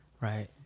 Right